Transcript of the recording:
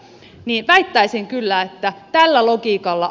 toimintaa ja sopimusperinnettä niin tällä logiikalla